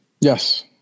Yes